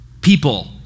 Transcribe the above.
people